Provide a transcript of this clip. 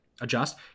adjust